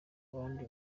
abandi